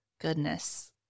goodness